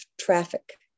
traffic